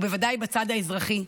ובוודאי בצד האזרחי,